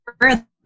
further